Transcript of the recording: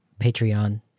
Patreon